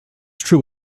true